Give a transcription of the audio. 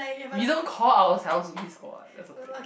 you don't call ourselves the E squad what that's the thing